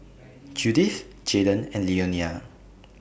Judyth Jaydon and Leonia